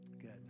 good